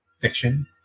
Fiction